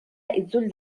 itzul